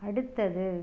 அடுத்தது